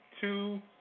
two